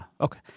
okay